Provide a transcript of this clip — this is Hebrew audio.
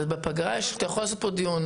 בפגרה אתה יכול לעשות כאן דיון